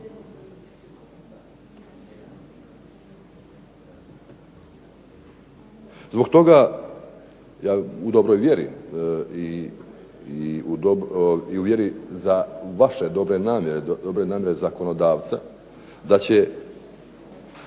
Zbog toga ja u dobroj vjeri i u vjeri za vaše dobre namjere, dobre namjere